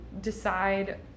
decide